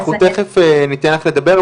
אנחנו תכף ניתן לך לדבר,